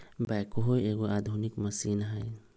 backhoe एगो आधुनिक machine हइ